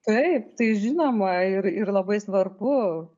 taip tai žinoma ir ir labai svarbu